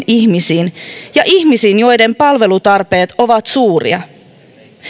ihmisiin ja ihmisiin joiden palvelutarpeet ovat suuria